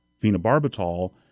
phenobarbital